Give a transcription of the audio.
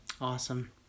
Awesome